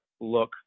look